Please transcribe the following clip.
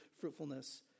fruitfulness